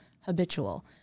habitual